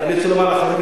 חברת הכנסת